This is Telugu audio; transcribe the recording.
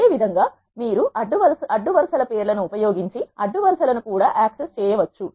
అదేవిధంగా మీరు అడ్డు వరుస ల పేర్లను ఉపయోగించి అడ్డు వరుస లను కూడా యాక్సెస్ చేయవచ్చు